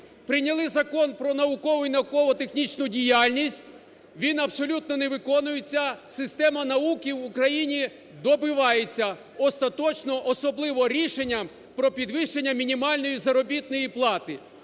Прийняли Закон про наукову і науково-технічну діяльність, він абсолютно не виконується, система науки в Україні добивається остаточно, особливо рішенням про підвищення мінімальної заробітної плати.